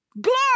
Glory